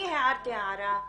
אני הערתי הערה,